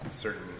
certain